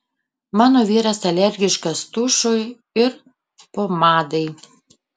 mano vyras alergiškas tušui ir pomadai